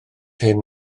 hyn